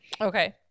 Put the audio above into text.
Okay